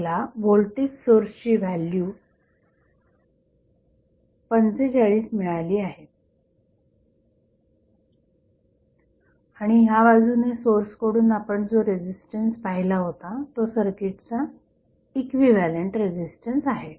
आपल्याला व्होल्टेज सोर्सची व्हॅल्यू 45 मिळाली आहे आणि ह्या बाजूने सोर्सकडून आपण जो रेझिस्टन्स पाहिला होता तो सर्किटचा इक्विव्हॅलंट रेझिस्टन्स आहे